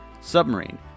submarine